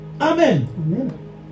Amen